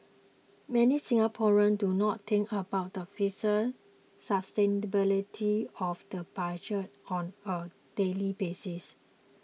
many Singaporeans do not think about the fiscal sustainability of the budget on a daily basis